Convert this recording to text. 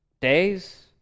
days